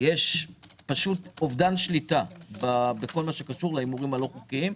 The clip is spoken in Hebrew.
יש פשוט אובדן שליטה בכל הקשור להימורים הלא חוקיים,